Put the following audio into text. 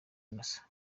innocent